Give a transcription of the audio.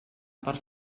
per